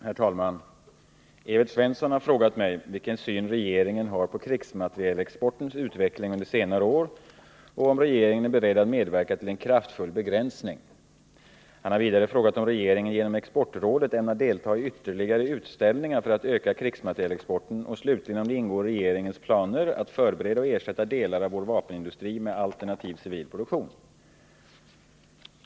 Herr talman! Evert Svensson har frågat mig vilken syn regeringen har på krigsmaterielexportens utveckling under senare år och om regeringen är beredd att medverka till en kraftfull begränsning. Han har vidare frågat om regeringen genom exportrådet ämnar delta i ytterligare utställningar för att öka krigsmaterielexporten och slutligen om det ingår i regeringens planer att förbereda och ersätta delar av vår vapenindustri med alternativ civilproduktion.